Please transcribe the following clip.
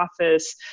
office